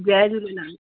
Jay Jhulelal